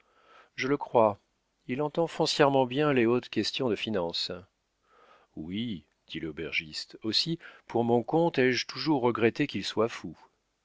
je le crois il entend foncièrement bien les hautes questions de finance oui dit l'aubergiste aussi pour mon compte ai-je toujours regretté qu'il soit fou